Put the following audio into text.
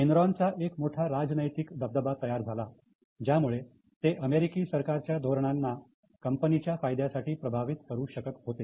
एनरॉनचा एक मोठा राजनैतिक दबदबा तयार झाला ज्यामुळे ते अमेरिकी सरकारच्या धोरणांना कंपनीच्या फायद्यासाठी प्रभावित करू शकत होते